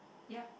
ya